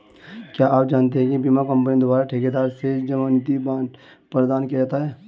क्या आप जानते है बीमा कंपनी द्वारा ठेकेदार से ज़मानती बॉण्ड प्रदान किया जाता है?